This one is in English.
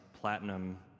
platinum